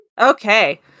okay